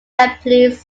japanese